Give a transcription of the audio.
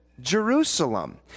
Jerusalem